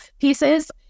pieces